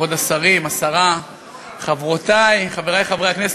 כבוד השרים, השרה, חברותי, חברי חברי הכנסת,